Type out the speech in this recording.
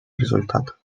результат